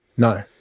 No